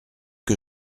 que